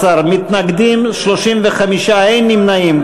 13, מתנגדים, 35, אין נמנעים.